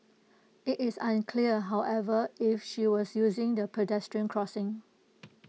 IT is unclear however if she was using the pedestrian crossing